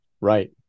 Right